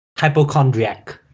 Hypochondriac